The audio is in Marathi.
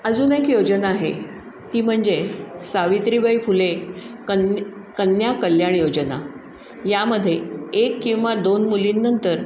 अजून एक योजना आहे ती म्हणजे सावित्रीबाई फुले कन कन्या कल्याण योजना यामध्ये एक किंवा दोन मुलींनंतर